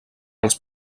els